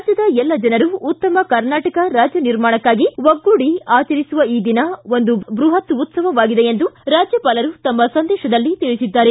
ರಾಜ್ಯದ ಎಲ್ಲ ಜನರು ಉತ್ತಮ ಕರ್ನಾಟಕ ರಾಜ್ಯ ನಿರ್ಮಾಣಕ್ಕಾಗಿ ಒಗ್ಗೂಡಿ ಆಚರಿಸುವ ಈ ದಿನ ಒಂದು ಬ್ಬಹತ್ ಉತ್ಸವವಾಗಿದೆ ಎಂದು ರಾಜ್ಜಪಾಲರು ತಮ್ನ ಸಂದೇತದಲ್ಲಿ ತಿಳಿಸಿದ್ದಾರೆ